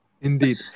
Indeed